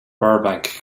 burbank